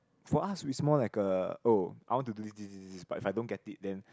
for us it's more like uh oh I want to do this this this this but if I don't get it then